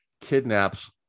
kidnaps